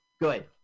Good